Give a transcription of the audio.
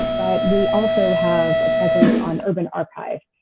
we also have a presence on urban archives.